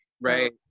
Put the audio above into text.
right